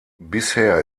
bisher